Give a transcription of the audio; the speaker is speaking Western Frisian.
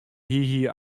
hie